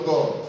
God